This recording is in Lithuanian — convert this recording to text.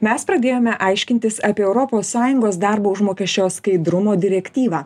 mes pradėjome aiškintis apie europos sąjungos darbo užmokesčio skaidrumo direktyvą